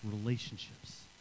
relationships